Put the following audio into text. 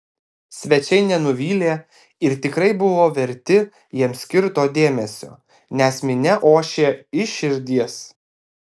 svečiai nenuvylė ir tikrai buvo verti jiems skirto dėmesio nes minia ošė iš širdies